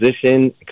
position